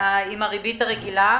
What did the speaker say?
עם הריבית הרגילה.